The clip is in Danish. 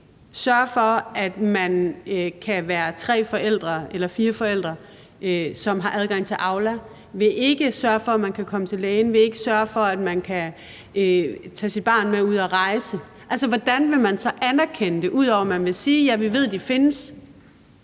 sørge for, at man kan være tre forældre eller fire forældre, som har adgang til Aula; vil ikke sørge for, at man kan komme til lægen; vil ikke sørge for, at man kan tage sit barn med ud at rejse. Altså, hvordan vil man så anerkende det, ud over at man vil sige: Vi ved, at de findes?